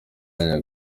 akanya